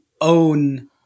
own